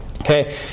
Okay